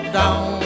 down